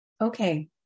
Okay